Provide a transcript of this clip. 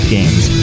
Games